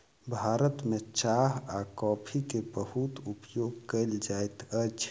भारत में चाह आ कॉफ़ी के बहुत उपयोग कयल जाइत अछि